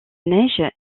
neige